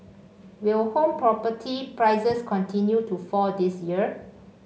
will home property prices continue to fall this year